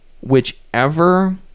whichever